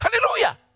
Hallelujah